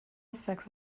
effects